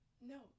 No